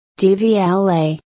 DVLA